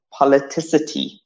politicity